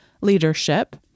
Leadership